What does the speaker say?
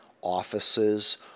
offices